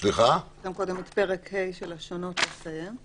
יש קודם פרק ה' של השונות לסיים.